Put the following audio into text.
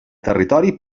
territori